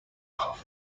off